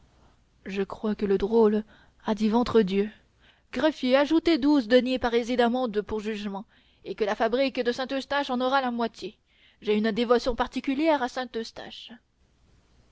je crois que le drôle a dit ventre dieu greffier ajoutez douze deniers parisis d'amende pour jurement et que la fabrique de saint-eustache en aura la moitié j'ai une dévotion particulière à saint-eustache